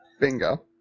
bingo